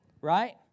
Right